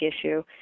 issue